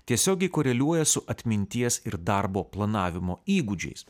tiesiogiai koreliuoja su atminties ir darbo planavimo įgūdžiais